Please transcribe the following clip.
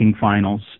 finals